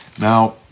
Now